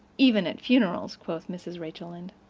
even at funerals, quoth mrs. rachel lynde